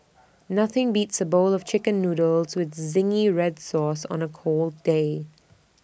nothing beats A bowl of Chicken Noodles with Zingy Red Sauce on A cold day